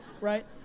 right